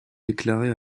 déclaré